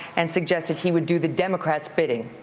and suggested he would do the democrats' bidding.